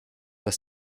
dass